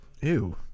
Ew